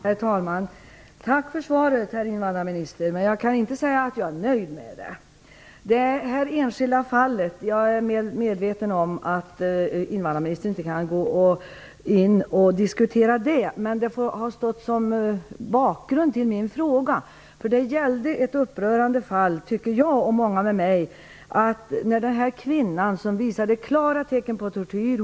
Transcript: Herr talman! Tack för svaret, herr invandrarminister! Jag kan inte säga att jag är nöjd med det. Jag är medveten om att invandrarministern inte kan diskutera det enskilda fallet. Men det har utgjort bakgrund till min fråga. Det gällde ett upprörande fall, tycker jag och många med mig. Det var mycket svårt att förstå avvisningen av den här kvinnan. Hon visade klara tecken på tortyr.